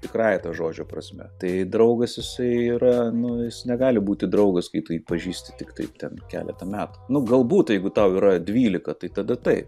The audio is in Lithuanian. tikraja to žodžio prasme tai draugas jisai yra nu jis negali būti draugas kai kai pažįsti tiktai ten keletą metų nu galbūt jeigu tau yra dvylika tai tada taip